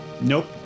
Nope